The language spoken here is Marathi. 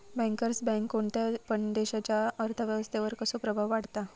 बँकर्स बँक कोणत्या पण देशाच्या अर्थ व्यवस्थेवर कसो प्रभाव पाडता?